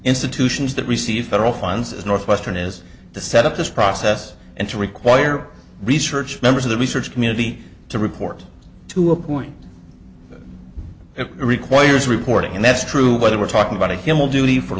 institutions that receive federal funds as northwestern as the set up this process and to require research members of the research community to report to a point it requires reporting and that's true whether we're talking about a camel duty for